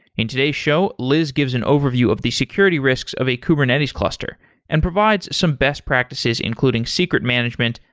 in today's show, liz gives an overview of the security risks of a kubernetes cluster and provides some best practices, including secret management,